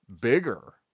bigger